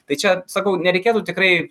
tai čia sakau nereikėtų tikrai